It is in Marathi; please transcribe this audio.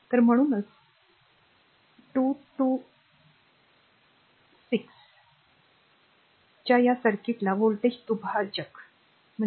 तर म्हणूनच 226 च्या या सर्किटला व्होल्टेज दुभाजक म्हणतात